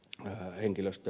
turha henkilöstö